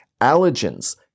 allergens